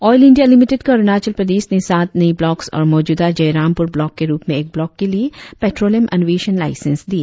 oil India Limited को अरुणाचल प्रदेश ने सात नई ब्लॉक्स और मौजूदा जयरामपुर ब्लॉक के रुप में एक ब्लॉक के लिए पेट्रोलियम अन्वेषण लाईसेंस दिए